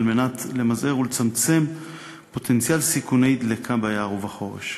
כדי למזער ולצמצם פוטנציאל סיכוני דלקה ביער ובחורש.